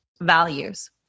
values